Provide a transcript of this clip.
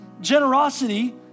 generosity